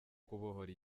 kubohora